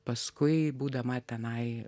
paskui būdama tenai